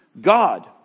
God